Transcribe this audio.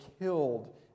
killed